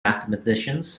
mathematicians